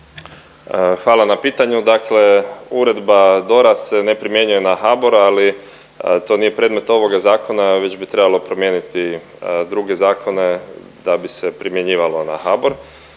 Hvala na pitanju, dakle Uredba DORA se ne primjenjuje na HBOR, ali to nije predmet ovoga zakona već bi trebalo promijeniti druge zakone da bi se primjenjivalo na HBOR,